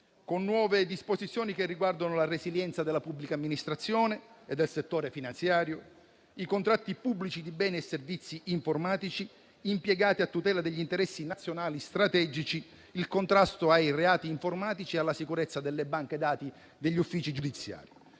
con nuove disposizioni che riguardano la resilienza della pubblica amministrazione e del settore finanziario, i contratti pubblici di beni e servizi informatici impiegati a tutela degli interessi nazionali strategici, il contrasto ai reati informatici e la sicurezza delle banche dati degli uffici giudiziari.